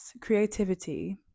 creativity